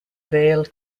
vail